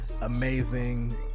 amazing